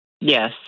yes